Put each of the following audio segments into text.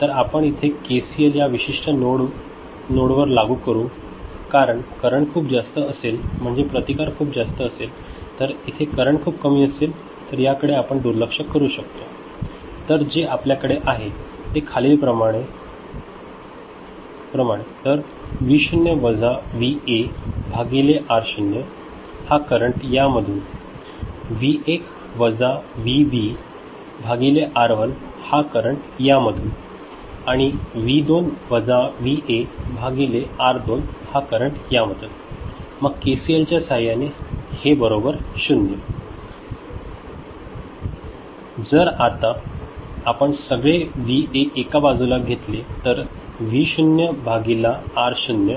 तर आपण इथे के सी एल या विशिष्ट नोड वर लागू करू कारण करंट खूप जास्त असेल म्हणजे प्रतिकार खूप जास्त असेल तर इथे करंट खूप कमी असेल तर याकडे आपण दुर्लक्ष करू शकतो तर जे आपल्याकडे आहे ते खालील प्रमाणे तर व्ही 0 वजा व्ही ए भागिले आर 0 हा करंट यामधून व्ही 1 वजा व्ही बी भागिले आर 1 हा करंट यामधूनआणि व्ही 2 वजा व्ही ए भागिले आर 2 हा करंट यामधून मग के सी एल च्या सहाय्याने हे बरोबर 0 जर आता जर आपण सगळे व्ही ए एका बाजूला घेतले तर V0 भागिला आर 0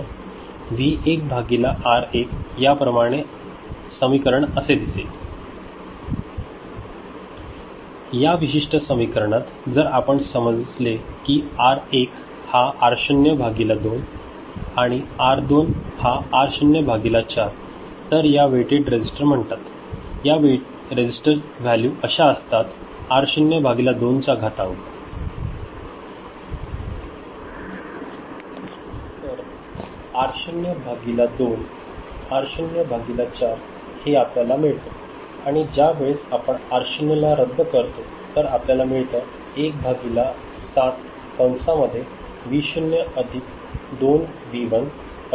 व्ही 1 भागिला आर 1 याप्रमाणे आणि समीकरण असे दिसेल या विशिष्ट समीकरणात जर आपणच समजले की आर 1 हा आर 0 भागीला 2 आर 2 हा आर 0 भागीला 4 तर याला वेटेड रेझिस्टर म्हणतात या रेझिस्टर व्हॅल्यू अशा असतात आर 0 भागीला 2 चा घातांक तर आर 0 भागीला 2 आर 0 भागीला 4 हे आपल्याला मिळतो आणि ज्या वेळेस आपण आर 0 ला रद्द करतो तर आपल्याला मिळतं एक भागीला सात कंसामध्ये व्ही 0 अधिक दोन व्ही 1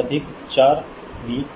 अधिक 4 व्ही 2